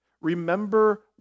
Remember